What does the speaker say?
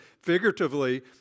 figuratively